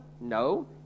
No